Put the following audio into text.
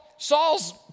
Saul's